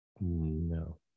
No